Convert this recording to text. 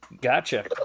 Gotcha